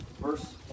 Verse